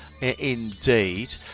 indeed